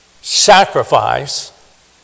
sacrifice